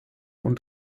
und